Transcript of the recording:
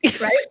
right